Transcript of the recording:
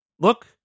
Look